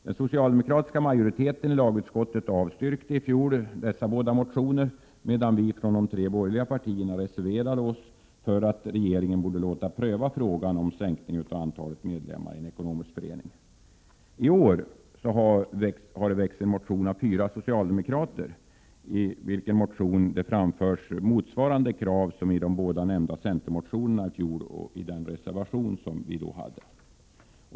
Den socialdemokratiska majoriteten i lagutskottet avstyrkte dessa båda motioner, medan vi från de tre borgerliga partierna reserverade oss för att regeringen borde låta pröva frågan om en minskning av antalet medlemmar. I år har det väckts en motion av fyra socialdemokrater, i vilken det framförs motsvarande krav som i de båda nämnda centermotionerna från i fjol och i den reservation som vi då hade.